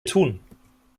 tun